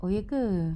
oh ya ke